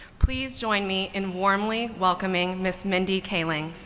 please join me in warmly welcoming ms. mindy kaling.